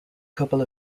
couple